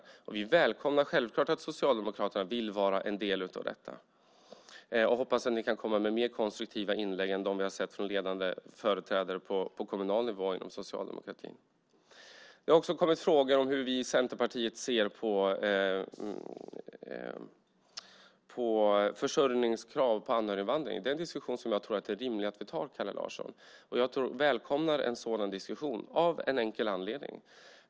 Vi välkomnar självklart att Socialdemokraterna vill vara en del av detta. Jag hoppas att ni kan komma med mer konstruktiva inlägg än dem vi har sett från ledande företrädare på kommunal nivå inom socialdemokratin. Det har också kommit frågor om hur vi i Centerpartiet ser på försörjningskrav för anhöriginvandring. Det är en diskussion som jag tror att det är rimligt att vi tar, Kalle Larsson, och jag välkomnar en sådan diskussion av en enkel anledning.